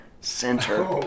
Center